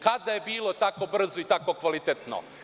Kada je bilo tako brzo i tako kvalitetno?